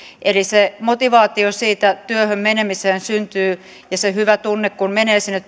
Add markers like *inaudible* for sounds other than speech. eli se motivaatio työhön menemiseen ja se hyvä tunne kun menee sinne *unintelligible*